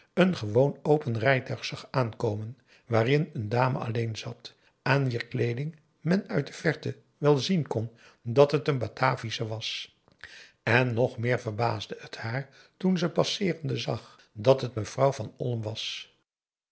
een gewoon open rijtuig zag aankomen waarin eene dame alleen zat aan wier kleeding men uit de verte wel zien kon dat het een bataviasche was en nog meer verbaasde het haar toen ze passeerende zag dat het mevrouw van olm was